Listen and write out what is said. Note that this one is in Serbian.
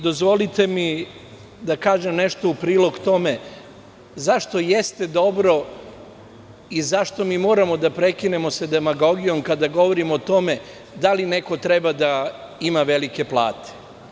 Dozvolite mi da kažem nešto u prilog tome zašto jeste dobro i zašto moramo da prekinemo sa demagogijom kada govorimo o tome da li neko treba da ima velike plate.